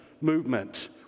movement